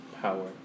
power